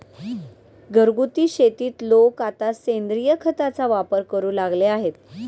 घरगुती शेतीत लोक आता सेंद्रिय खताचा वापर करू लागले आहेत